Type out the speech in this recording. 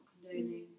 condoning